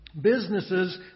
Businesses